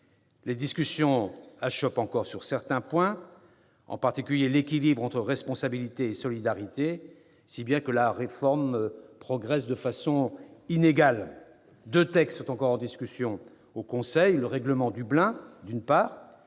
Les discussions achoppent encore sur certains points, en particulier l'équilibre entre responsabilité et solidarité, si bien que la réforme progresse de façon inégale. Deux textes sont encore en discussion au Conseil : d'une part,